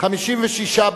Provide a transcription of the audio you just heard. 1, כהצעת הוועדה, נתקבל.